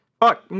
fuck